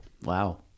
Wow